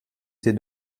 ces